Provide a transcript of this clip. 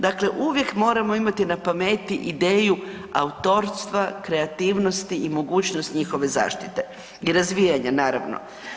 Dakle, uvijek moramo imati na pameti ideju autorstva, kreativnosti i mogućnost njihove zaštite i razvijanja naravno.